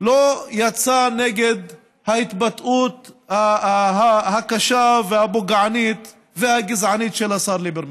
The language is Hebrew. לא יצא נגד ההתבטאות הקשה והפוגענית והגזענית של השר ליברמן.